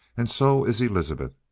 and so is elizabeth.